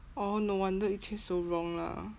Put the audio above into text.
oh no wonder yi qian also wrong lah